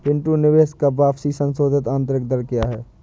पिंटू निवेश का वापसी संशोधित आंतरिक दर क्या है?